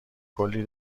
کلی